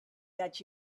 that